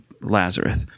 Lazarus